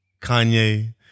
Kanye